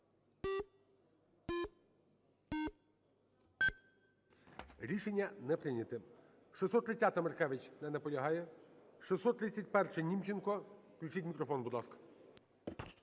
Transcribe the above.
Рішення не прийнято. 630-а, Маркевич. Не наполягає. 631-а, Німченко. Включіть мікрофон, будь ласка.